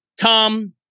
Tom